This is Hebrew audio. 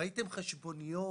ראיתם חשבוניות?